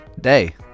day